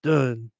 Done